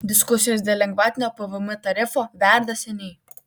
diskusijos dėl lengvatinio pvm tarifo verda seniai